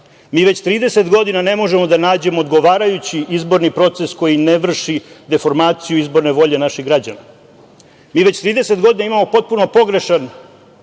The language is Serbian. trideset godina ne možemo da nađemo odgovarajući izborni proces koji ne vrši deformaciju izborne volje naših građana, mi već trideset godina imamo potpuno pogrešan